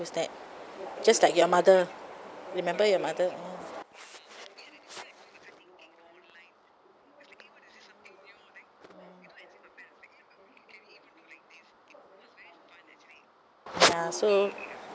use that just like your mother remember your mother ya so